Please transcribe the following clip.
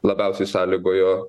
labiausiai sąlygojo